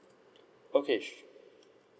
okay s~